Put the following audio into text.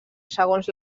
segons